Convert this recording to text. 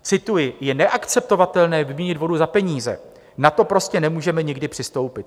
Cituji: Je neakceptovatelné vyměnit vodu za peníze, na to prostě nemůžeme nikdy přistoupit.